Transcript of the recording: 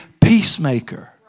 peacemaker